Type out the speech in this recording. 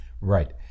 Right